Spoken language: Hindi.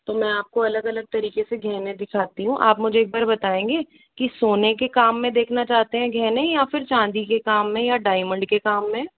तो मै आपको अलग अलग तरीके से गहने दिखाती हूँ आप मुझे एक बार बताऐंगे की सोने के काम में देखना चाहते है गहने या फिर चांदी के काम में या डायमंड के काम में